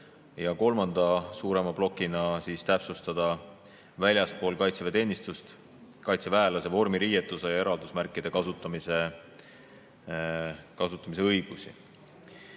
ja kolmanda suurema plokina täpsustada väljaspool kaitseväeteenistust kaitseväelase vormiriietuse ja eraldusmärkide kasutamise õigust.